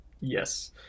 Yes